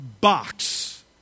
box